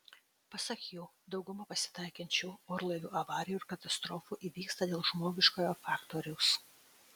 pasak jų dauguma pasitaikančių orlaivių avarijų ir katastrofų įvyksta dėl žmogiškojo faktoriaus